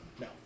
no